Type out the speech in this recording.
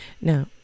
now